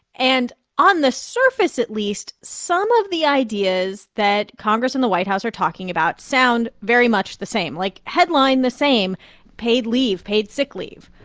and on the surface, at least, some of the ideas that congress and the white house are talking about sound very much the same like, headline, the same paid leave, paid sick leave.